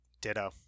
Ditto